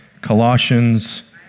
Colossians